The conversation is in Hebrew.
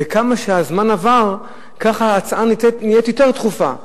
וכמה שעבר הזמן, ככה ההצעה נעשית יותר דחופה.